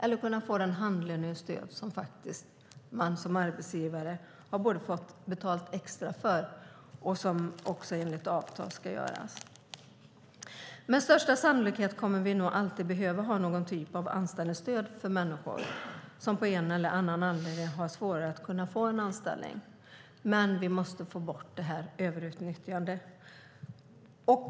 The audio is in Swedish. Hur ska man få den handledning eller det stöd som ska finnas enligt avtal? Med största sannolikhet kommer vi alltid att behöva någon typ av anställningsstöd för människor som av en eller annan anledning har svårt att få en anställning. Men vi måste få bort överutnyttjandet.